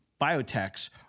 biotechs